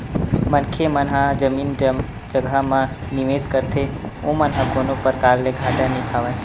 मनखे मन ह जमीन जघा म निवेस करथे ओमन ह कोनो परकार ले घाटा नइ खावय